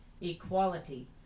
equality